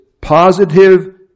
positive